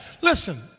Listen